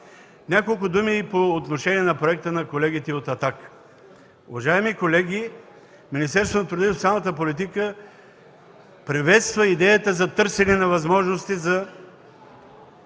Няколко думи по отношение на проекта на колегите от „Атака”. Уважаеми колеги, Министерството на труда и социалната политика приветства идеята за търсене на възможности за